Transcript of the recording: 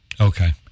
Okay